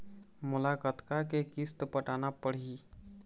मोला कतका के किस्त पटाना पड़ही?